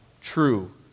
true